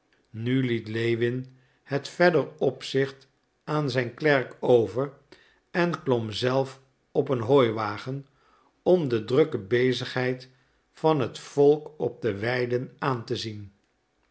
nu liet lewin het verder opzicht aan zijn klerk over en klom zelf op een hooiwagen om de drukke bezigheid van het volk op de weiden aan te zien